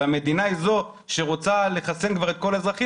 והמדינה היא זו שרוצה לחסן את כל האזרחים